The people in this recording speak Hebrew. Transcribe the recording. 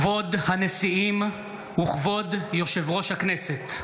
כבוד הנשיאים וכבוד יושב-ראש הכנסת!